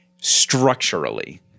structurally